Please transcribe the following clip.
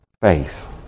faith